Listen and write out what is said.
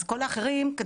כל האחרים,